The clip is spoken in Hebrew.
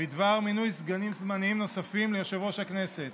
בדבר מינוי סגנים זמניים נוספים ליושב-ראש הכנסת.